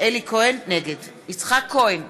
יצחק כהן,